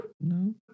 No